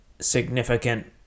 significant